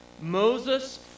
Moses